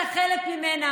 ואתה חלק ממנה,